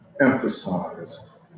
emphasize